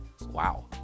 Wow